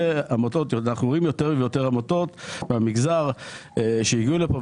אנחנו רואים יותר ויותר עמותות מן המגזר הערבי שהגיעו לכאן,